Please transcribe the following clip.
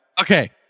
Okay